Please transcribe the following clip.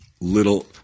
little